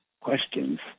questions